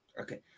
okay